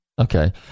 Okay